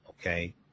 okay